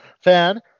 fan